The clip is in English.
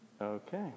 Okay